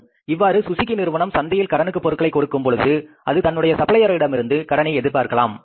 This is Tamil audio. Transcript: இவ்வாறு சுசுகி நிறுவனம் சந்தையில் கடனுக்கு பொருட்களை கொடுக்கும் பொழுது அது தன்னுடைய சப்ளையர்களிடமிருந்தும் கடனை எதிர்பார்க்கலாம்